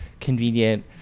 convenient